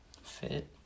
fit